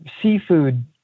seafood